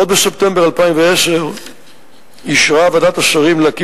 עוד בספטמבר 2010 אישרה ועדת השרים להקים